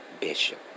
Bishop